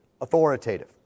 authoritative